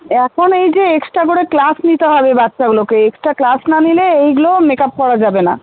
এখন এই যে এক্সট্রা করে ক্লাস নিতে হবে বাচ্ছাগুলোকে এক্সট্রা ক্লাস না নিলে এইগুলোও মেকআপ করা যাবে না